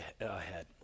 ahead